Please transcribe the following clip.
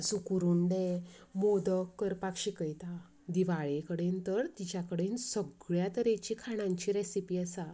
सुकूर उंडे मोदक करपाक शिकयता दिवाळे कडेन तर तिच्या कडेन सगळ्यां तरेची खाणांची रॅसिपी आसा